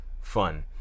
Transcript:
fun